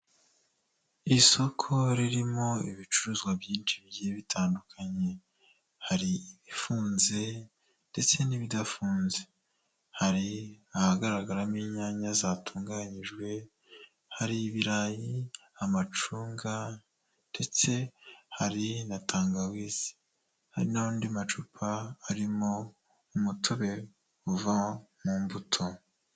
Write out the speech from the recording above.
Isoko ririmo ibicuruzwa byinshi bigiye bitandukanye, hari ibifunze ndetse n'ibidafunze, hari ahagaragaramo inyanya zatunganyijwe, hari ibirayi, amacunga ndetse hari na tangawizi, hari n'andi macupa arimo umutobe uva mu mbuto.